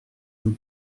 nous